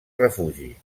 refugi